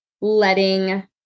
letting